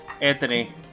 Anthony